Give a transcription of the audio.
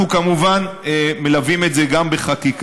אנחנו כמובן מלווים את זה, גם בחקיקה.